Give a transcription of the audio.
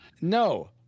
No